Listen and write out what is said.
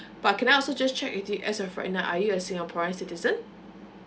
but can I also just check with you as of right now are you a singaporean citizen